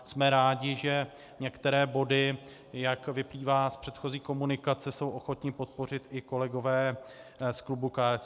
Jsme rádi, že některé body, jak vyplývá z předchozí komunikace, jsou ochotni podpořit i kolegové z klubu KSČM.